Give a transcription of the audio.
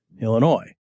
Illinois